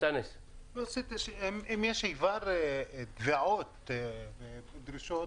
אם יש כבר תביעות ודרישות